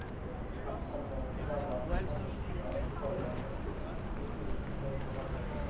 अंतर बैंक में लभार्थी को निधि ट्रांसफर करने के लिए एक ही बैंक होना चाहिए